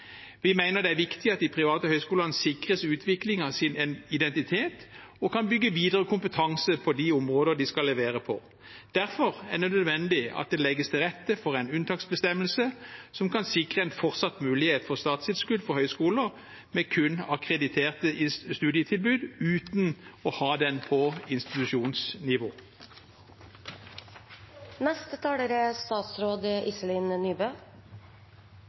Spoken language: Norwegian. Vi mener det er viktig at de private høyskolene sikres utvikling av sin identitet og kan bygge videre kompetanse på de områdene de skal levere på. Derfor er det nødvendig at det legges til rette for en unntaksbestemmelse som kan sikre en fortsatt mulighet for statstilskudd for høyskoler med kun akkrediterte studietilbud uten å ha den på institusjonsnivå. Regjeringen mener det er